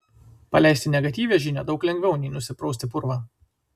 paleisti negatyvią žinią daug lengviau nei nusiprausti purvą